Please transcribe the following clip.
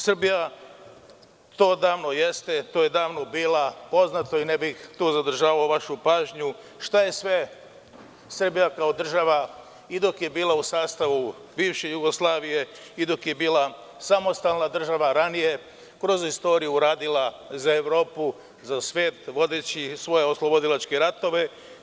Srbija to odavno jeste, to je davno bila, poznato je, ne bih zadržavao vašu pažnju, šta je Srbija kao država, dok je bila u sastavu bivše Jugoslavije i dok je bila samostalna država, kroz istoriju uradila za Evropu, za svet, vodeći svoje oslobodilačke ratove.